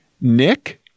Nick